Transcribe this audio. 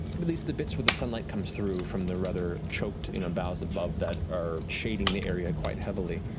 at least the bits where the sunlight comes through from the rather choked boughs above that are shading the area quite heavily,